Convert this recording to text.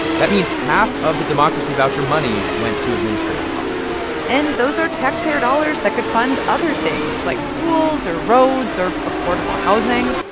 that means half of the democracy voucher money went to administrative costs and those are taxpayer dollars that could fund other things, like schools or roads or affordable housing.